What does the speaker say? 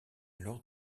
alors